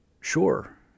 Sure